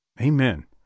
Amen